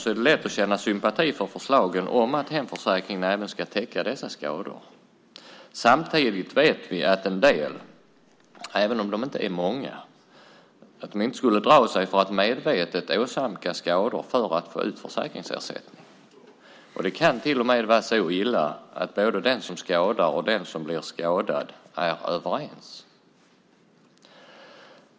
Det är lätt att känna sympati för förslagen om att hemförsäkringen även ska täcka dessa skador. Samtidigt vet vi att en del - även om de inte är många - inte skulle dra sig för att medvetet åsamka skador för att få ut försäkringsersättning. Det kan till och med vara så illa att både den som skadar och den som blir skadad är överens.